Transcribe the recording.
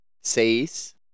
seis